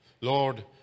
lord